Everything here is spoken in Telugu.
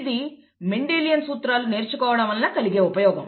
ఇదీ మెండెలియన్ సూత్రాలను నేర్చుకోవడం వలన కలిగే ఉపయోగం